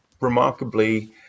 remarkably